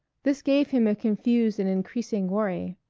this gave him a confused and increasing worry.